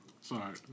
Sorry